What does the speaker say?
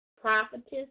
prophetess